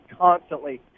constantly